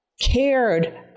cared